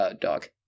dog